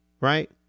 Right